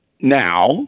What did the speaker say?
now